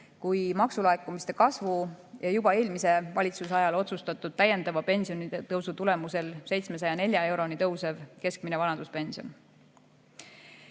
tänu maksulaekumiste kasvule ja juba eelmise valitsuse ajal otsustatud täiendavale pensionitõusule 704 euroni tõusev keskmine vanaduspension.